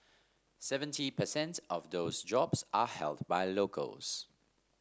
seventy per cent of those jobs are held by locals